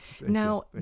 Now